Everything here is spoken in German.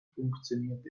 funktioniert